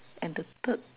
and then the third